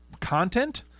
content